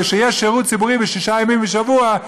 כשיש שירות ציבורי שישה ימים בשבוע,